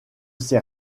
sait